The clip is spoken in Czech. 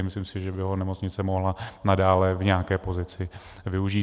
Myslím si, že by ho nemocnice mohla nadále v nějaké pozici využít.